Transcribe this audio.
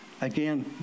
Again